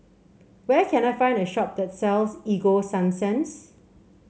where can I find a shop that sells Ego Sunsense